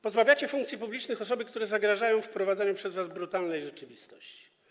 Pozbawiacie funkcji publicznych osoby, które zagrażają wprowadzaniu przez was brutalnej rzeczywistości.